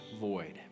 void